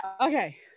Okay